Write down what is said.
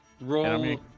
Roll